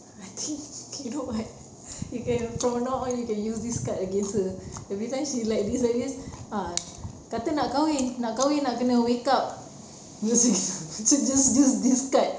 I think you know what you can from now on you can use this card against her every time she like this like this ah kata nak kahwin nak kahwin nak kena wake up music just just just use this card